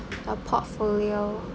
a portfolio